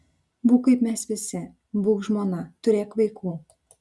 būk kaip mes visi būk žmona turėk vaikų